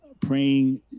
praying